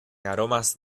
aromas